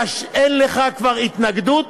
אין לך כבר התנגדות.